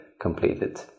completed